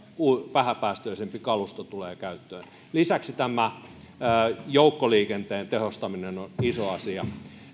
vähäpäästöisempi kalusto tulee käyttöön lisäksi tämä joukkoliikenteen tehostaminen on iso asia